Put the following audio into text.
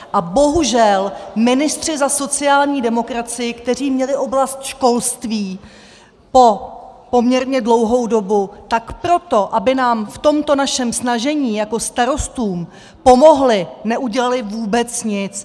A bohužel ministři za sociální demokracii, kteří měli oblast školství po poměrně dlouhou dobu, tak pro to, aby nám v tomto našem snažení jako starostům pomohli, neudělali vůbec nic.